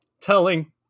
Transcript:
telling